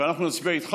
ואנחנו נצביע איתך,